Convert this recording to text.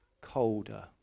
colder